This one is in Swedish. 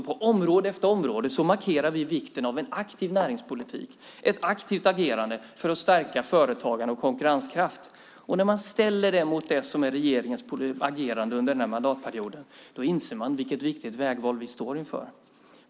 På område efter område markerar vi vikten av en aktiv näringspolitik, ett aktivt agerande för att stärka företagande och konkurrenskraft. När man ställer det mot regeringens agerande under den här mandatperioden inser man vilket viktigt vägval vi står inför.